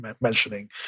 mentioning